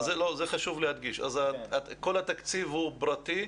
זה חשוב להדגיש, אז כל התקציב הוא פרטי?